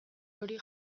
hori